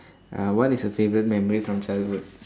uh what is your favourite memory from childhood